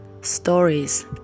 stories